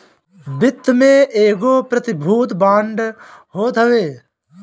वित्त में एगो प्रतिभूति बांड होत हवे